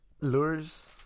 Lures